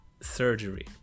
surgery